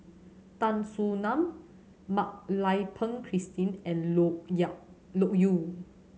Tan Soo Nan Mak Lai Peng Christine and Loke Loke Yew